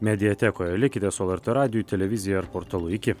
mediatekoje likite su lrt radiju televizija ir portalu iki